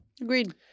agreed